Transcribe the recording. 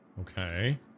Okay